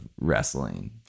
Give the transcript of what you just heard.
wrestling